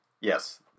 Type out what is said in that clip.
Yes